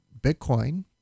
Bitcoin